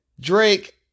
Drake